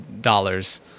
dollars